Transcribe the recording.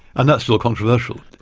and that's still controversial.